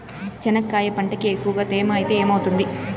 చెనక్కాయ పంటకి ఎక్కువగా తేమ ఐతే ఏమవుతుంది?